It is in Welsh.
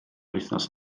wythnos